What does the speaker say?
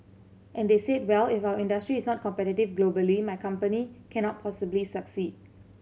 and they said well if our industry is not competitive globally my company cannot possibly succeed